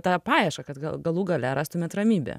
tą paiešką kad gal galų gale rastumėt ramybę